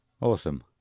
Awesome